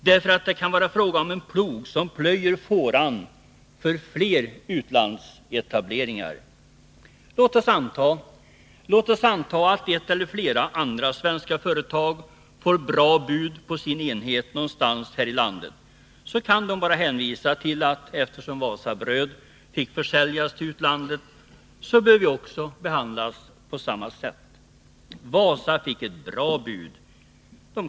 Den kan fungera som en plog, som plöjer fåran för fler utlandsövertaganden av svenska företag. Låt oss anta att ett eller flera andra företag får bra bud på sin enhet någonstans i landet. Då kan man bara hänvisa till denna affär och säga: Eftersom Wasabröd fick försäljas till utlandet bör vi behandlas på samma sätt. — Wasa fick ett bra bud.